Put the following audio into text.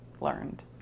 learned